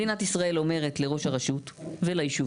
מדינת ישראל אומרת לראש הרשות ולישובים,